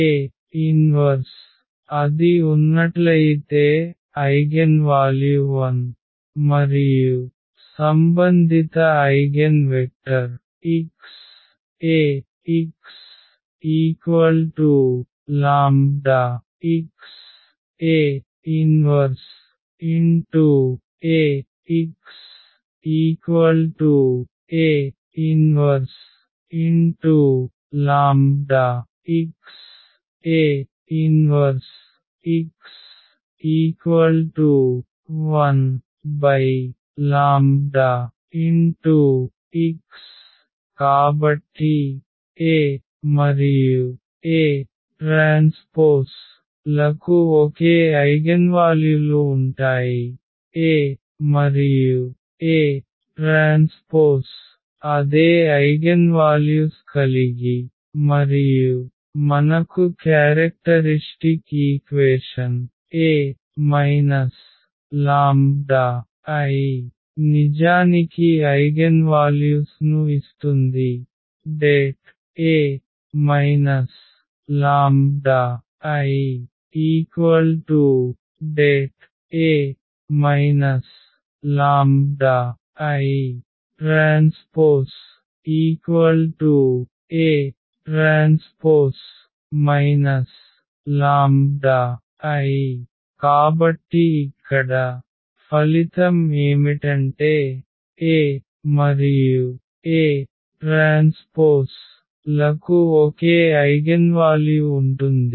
A 1అది ఉన్నట్లయితే eigenvalue 1మరియు సంబంధిత eigen vector x Axλx A 1AxA 1λx A 1x1λx కాబట్టి A మరియు AT లకు ఒకే ఐగెన్వాల్యులు ఉంటాయి A మరియు AT అదే ఐగెన్వాల్యుస్ కలిగి మరియు మనకు క్యారెక్టరిష్టిక్ ఈక్వేషన్ A λI నిజానికి ఐగెన్వాల్యుస్ ను ఇస్తుంది Det A λIDetA λIT DetAT λI కాబట్టి ఇక్కడ ఫలితం ఏమిటంటే A మరియు AT లకు ఒకే ఐగెన్వాల్యు ఉంటుంది